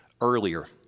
earlier